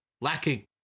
lacking